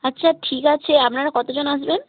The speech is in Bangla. আচ্ছা ঠিক আছে আপনারা কত জন আসবেন